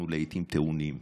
אנחנו לעיתים טעונים,